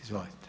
Izvolite.